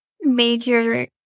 major